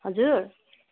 हजुर